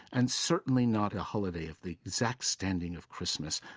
and certainly not a holiday of the exact standing of christmas.